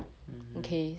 mmhmm